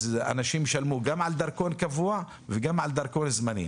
אנשים ישלמו גם על דרכון קבוע וגם על דרכון זמני.